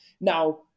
Now